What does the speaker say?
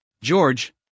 George